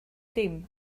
dim